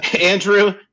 Andrew